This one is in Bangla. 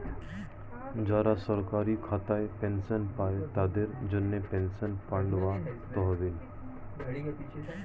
যারা সরকারি খাতায় পেনশন পায়, তাদের জন্যে পেনশন ফান্ড বা তহবিল